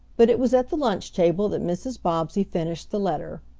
but it was at the lunch table that mrs. bobbsey finished the letter.